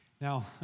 Now